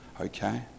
Okay